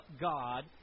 God